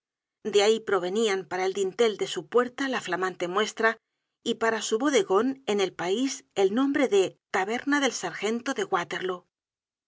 de ahí provenían para el dintel de su puerta la flamante muestra y para su bodegon en el pais el nombre de taberna del sargento de waterlóo